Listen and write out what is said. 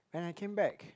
and I came back